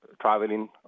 traveling